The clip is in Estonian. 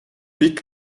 pikk